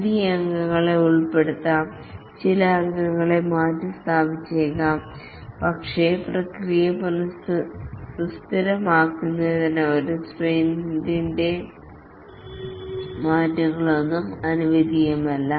പുതിയ അംഗങ്ങളെ ഉൾപ്പെടുത്താം ചില അംഗങ്ങളെ മാറ്റിസ്ഥാപിച്ചേക്കാം പക്ഷേ പ്രക്രിയ സുസ്ഥിരമാകുന്നതിന് ഒരു സ്പ്രിന്റിനിടെ മാറ്റങ്ങളൊന്നും അനുവദിക്കില്ല